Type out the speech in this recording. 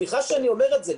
סליחה שאני אומר את זה,